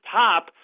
top